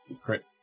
Crit